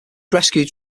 rescued